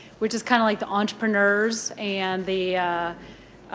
which is kind of like the entrepreneurs and the